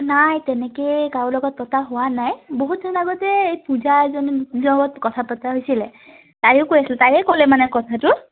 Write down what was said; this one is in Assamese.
নাই তেনেকৈয়ে কাৰো লগত পতা হোৱা নাই বহুত দিন আগতে এই পূজা এজনীৰ লগত কথা পতা হৈছিলে তায়ো কৈ আছিল তায়ে ক'লে মানে কথাটো